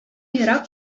ерак